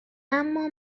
اما